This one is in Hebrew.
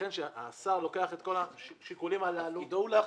לכן כשהשר לוקח את כל השיקולים הללו --- תפקידו הוא להחליט?